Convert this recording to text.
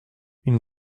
une